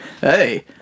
Hey